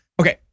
okay